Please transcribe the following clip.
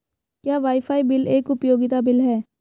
क्या wifi bill एक उपयोगिता बिल है?